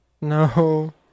No